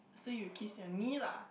so you kiss at me lah